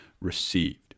received